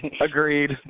Agreed